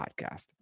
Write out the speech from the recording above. podcast